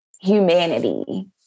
humanity